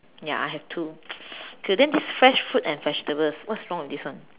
ya I have two so then this fresh fruit and vegetables what's wrong with this one